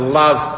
love